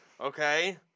okay